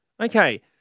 Okay